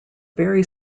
very